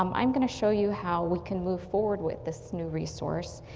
um i'm going to show you how we can move forward with this new resource.